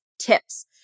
tips